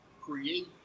create